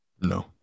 No